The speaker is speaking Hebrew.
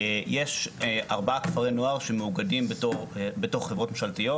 יש ארבעה כפרי נוער שמאוגדים בתוך חברות ממשלתיות.